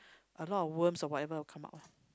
a lot of worms or whatever will come out loh